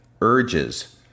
urges